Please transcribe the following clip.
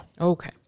okay